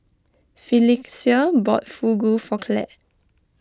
Phylicia bought Fugu for Clare